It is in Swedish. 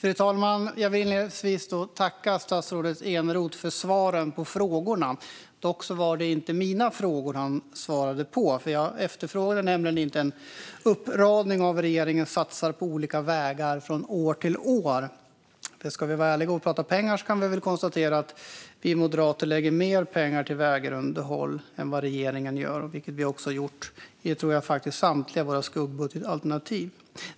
Fru talman! Jag vill inledningsvis tacka statsrådet Eneroth för svaren på frågorna. Dock var det inte mina frågor han svarade på. Jag efterfrågade nämligen inte en uppradning av vad regeringen satsar på olika vägar från år till år. Ska vi vara ärliga och prata pengar kan vi väl konstatera att vi moderater lägger mer pengar på vägunderhåll än vad regeringen gör. Det tror jag faktiskt att vi har gjort i samtliga våra skuggbudgetalternativ.